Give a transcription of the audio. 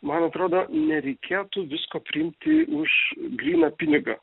man atrodo nereikėtų visko priimti už gryną pinigą